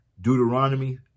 Deuteronomy